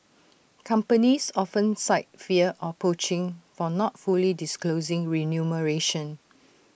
companies often cite fear of poaching for not fully disclosing remuneration